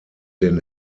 den